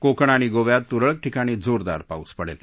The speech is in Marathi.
कोकण आणि गोव्यात तुरळक ठिकाणी जोरदार पाऊस पडेल